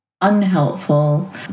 unhelpful